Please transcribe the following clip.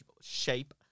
shape